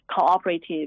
cooperative